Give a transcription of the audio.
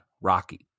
Rocky